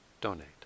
donate